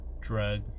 drug